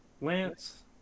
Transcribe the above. Lance